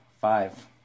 five